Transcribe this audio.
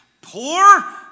poor